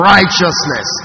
Righteousness